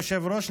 היושב-ראש,